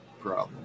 problem